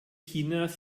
chinas